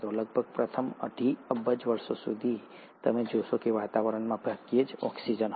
લગભગ પ્રથમ અઢી અબજ વર્ષો સુધી તમે જોશો કે વાતાવરણમાં ભાગ્યે જ ઓક્સિજન હતો